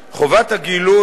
חובת הגילוי,